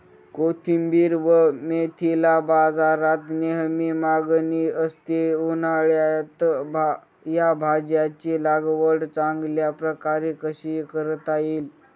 कोथिंबिर व मेथीला बाजारात नेहमी मागणी असते, उन्हाळ्यात या भाज्यांची लागवड चांगल्या प्रकारे कशी करता येईल?